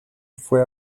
fue